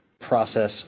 process